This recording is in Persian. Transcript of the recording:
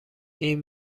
این